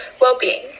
well-being